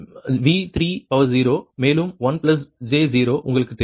V30 மேலும் 1 j 0 உங்களுக்குத் தெரியும்